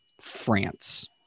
France